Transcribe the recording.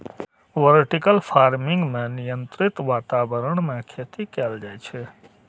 vertical farming मे नियंत्रित वातावरण मे खेती कैल जाइ छै